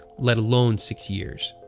let alone six years.